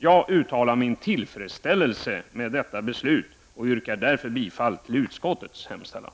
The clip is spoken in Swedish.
Jag uttalar min tillfredsställelse med detta beslut, och yrkar därför bifall till utskottets hemställan.